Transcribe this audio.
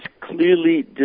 clearly